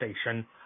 station